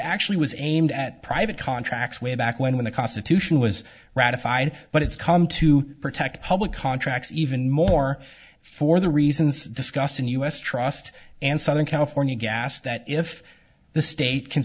actually was aimed at private contracts way back when when the constitution was ratified but it's come to protect public contracts even more for the reasons discussed in us trust and southern california gas that if the state can